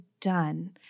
done